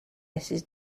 mrs